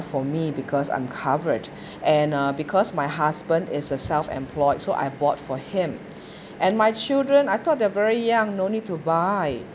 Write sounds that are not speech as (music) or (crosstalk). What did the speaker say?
for me because I'm covered (breath) and uh because my husband is a self-employed so I've bought for him (breath) and my children I thought they're very young no need to buy